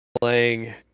playing